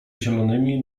zielonymi